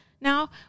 now